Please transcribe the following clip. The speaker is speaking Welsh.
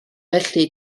felly